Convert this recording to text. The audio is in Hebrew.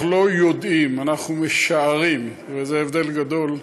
אנחנו לא יודעים, אנחנו משערים, וזה הבדל גדול,